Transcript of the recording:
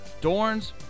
Dorn's